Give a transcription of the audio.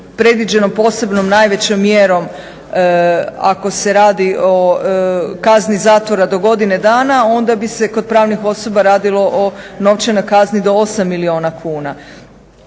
predviđenom posebnom najvećom mjerom ako se radi o kazni zatvora do godine dana, onda bi se kod pravnih osoba radilo o novčanoj kazni do 8 milijuna kuna.